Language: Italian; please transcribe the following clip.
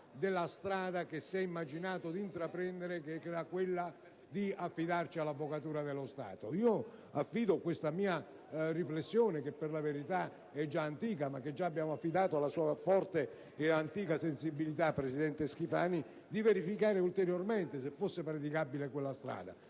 della strada che si è immaginato di intraprendere, che era quella di affidarci all'Avvocatura dello Stato. Affido questa mia riflessione, che per la verità abbiamo già affidato alla sua forte e antica sensibilità, presidente Schifani, di verificare ulteriormente se fosse praticabile quella strada,